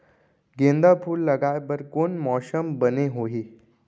गेंदा फूल लगाए बर कोन मौसम बने होही?